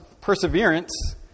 perseverance